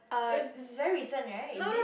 is very recent right is it